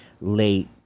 late